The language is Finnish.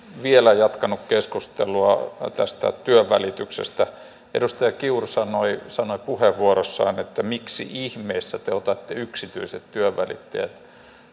vielä jatkanut keskustelua tästä työnvälityksestä edustaja kiuru sanoi sanoi puheenvuorossaan että miksi ihmeessä te otatte yksityiset työnvälittäjät